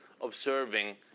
observing